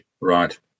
Right